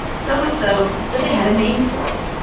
so much so, that they had a name for it,